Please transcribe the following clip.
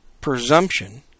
presumption